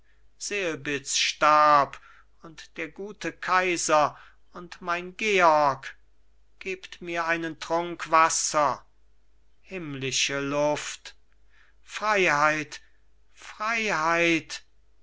selbitz starb und der gute kaiser und mein georg gebt mir einen trunk wasser himmlische luft freiheit freiheit